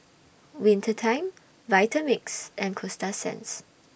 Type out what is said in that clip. Winter Time Vitamix and Coasta Sands